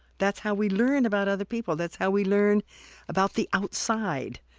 that's how we learn about other people. that's how we learn about the outside.